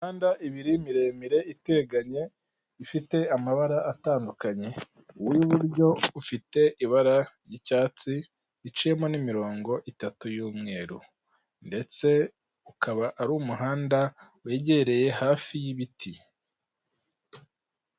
Imihanda minini miremire iteganye ifite amabara atandukanye, uw'iburyo ufite ibara ry'icyatsi riciyemo n'imirongo itatu y'umweru ndetse ukaba ari umuhanda wegereye hafi y'ibiti.